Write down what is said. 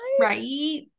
Right